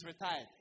retired